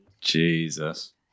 Jesus